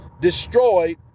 destroyed